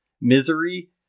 Misery